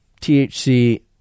THC